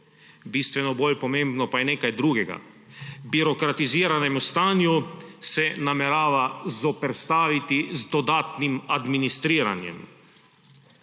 Bistveno bolj pomembno pa je nekaj drugega: birokratiziranemu stanju se namerava zoperstaviti z dodatnim administriranjem.